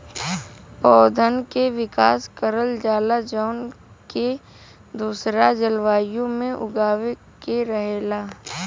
पौधन के विकास करल जाला जौन के दूसरा जलवायु में उगावे के रहला